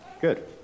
Good